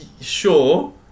Sure